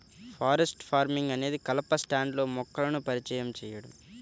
forest farming అనేది కలప స్టాండ్లో మొక్కలను పరిచయం చేయడం